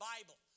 Bible